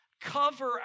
cover